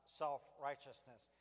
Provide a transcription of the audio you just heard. self-righteousness